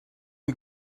you